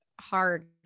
hard